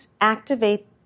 activate